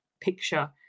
picture